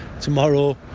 tomorrow